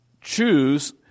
choose